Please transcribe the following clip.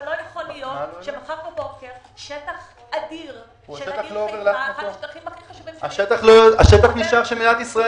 אבל לא ייתכן שמחר בוקר שטח אדיר- -- השטח נשאר של מדינת ישראל.